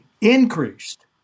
Increased